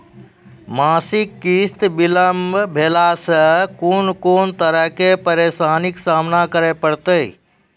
मासिक किस्त बिलम्ब भेलासॅ कून कून तरहक परेशानीक सामना करे परतै?